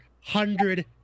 hundred